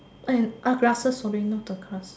and glasses sorry not the glass